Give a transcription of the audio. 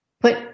put